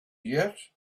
yet